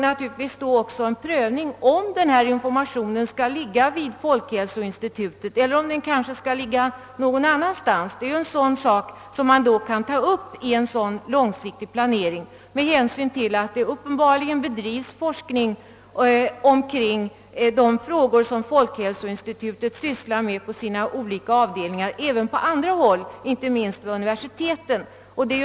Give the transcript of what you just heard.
Naturligtvis kan också en prövning av huruvida denna . informationsverksamhet skall ligga hos statens institut för folkhälsan eller någon annanstans tas upp i en långsiktig planering med hänsyn till att det uppenbarligen bedrivs forskning omkring de frågor, som folkhälsoinstitutet sysslar med i sina olika avdelningar, även på andra håll, inte minst vid universiteten.